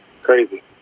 crazy